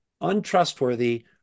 untrustworthy